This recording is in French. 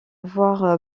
voire